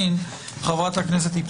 חברת הכנסת מיכל רוזין,